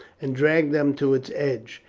and drag them to its edge,